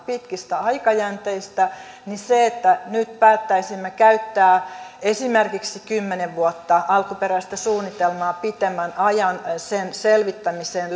pitkistä aikajänteistä niin se että nyt päättäisimme käyttää esimerkiksi kymmenen vuotta alkuperäistä suunnitelmaa pitemmän ajan sen selvittämiseen